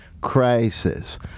crisis